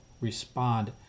respond